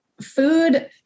Food